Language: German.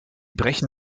brechen